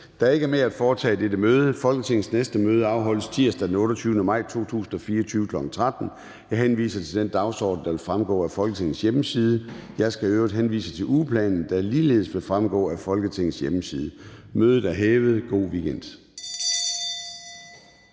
er ikke mere at foretage i dette møde. Folketingets næste møde afholdes tirsdag den 28. maj 2024, kl. 13.00. Jeg henviser til den dagsorden, der vil fremgå af Folketingets hjemmeside. Jeg skal øvrigt henvise til ugeplanen, der ligeledes vil fremgå af Folketingets hjemmeside. God weekend.